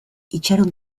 itxaron